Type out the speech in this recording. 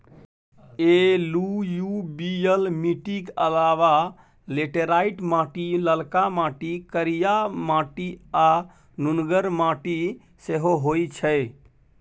एलुयुबियल मीटिक अलाबा लेटेराइट माटि, ललका माटि, करिया माटि आ नुनगर माटि सेहो होइ छै